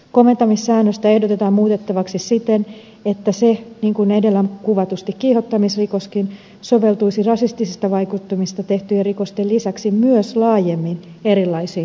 koventamissäännöstä ehdotetaan muutettavaksi siten että se niin kuin edellä kuvatusti kiihottamisrikoskin soveltuisi rasistisista vaikuttimista tehtyjen rikosten lisäksi myös laajemmin erilaisiin viharikoksiin